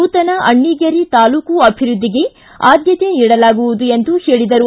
ನೂತನ ಅಣ್ಣಿಗೇರಿ ತಾಲ್ಲೂಕು ಅಭಿವೃದ್ದಿಗೆ ಆದ್ದತೆ ನೀಡಲಾಗುವದು ಎಂದರು